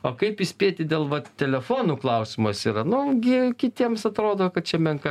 o kaip įspėti dėl vat telefonų klausimas yra nu gi kitiems atrodo kad čia menka